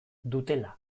dutela